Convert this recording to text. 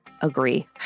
agree